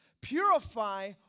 purify